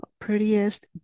prettiest